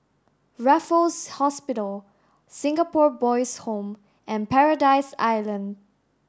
Raffles Hospital Singapore Boys' Home and Paradise Island